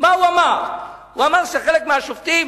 הוא אמר שחלק מהשופטים